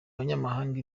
abanyamahanga